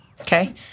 Okay